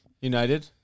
United